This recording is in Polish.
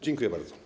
Dziękuję bardzo.